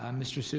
um mr. so